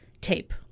tape